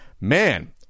man